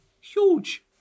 Huge